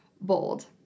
bold